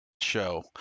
show